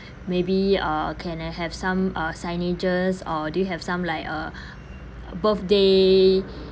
maybe uh can I have some uh signages or do you have some like a birthday